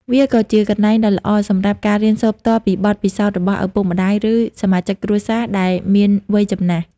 វាក៏ជាកន្លែងដ៏ល្អសម្រាប់ការរៀនសូត្រផ្ទាល់ពីបទពិសោធន៍របស់ឪពុកម្ដាយ ឬសមាជិកគ្រួសារដែលមានវ័យចំណាស់។